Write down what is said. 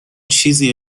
چیزی